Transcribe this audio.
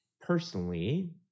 Personally